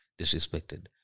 disrespected